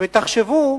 ותחשבו